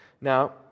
Now